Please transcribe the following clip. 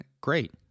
great